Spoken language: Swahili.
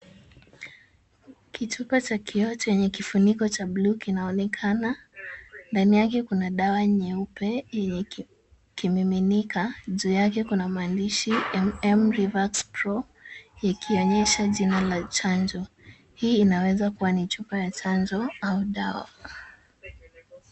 Kichupa cha kioo chenye kifuniko cha bluu kinaonekana. Ndani yake kuna dawa nyeupe yenye kimiminika. Juu yake kuna maandishi MM Revax Pro ikionyesha jina la chanjo. Hii inaweza kuwa ni chupa ya chanjo au dawa.